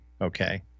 okay